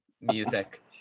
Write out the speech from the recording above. music